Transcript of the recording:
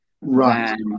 Right